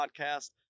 podcast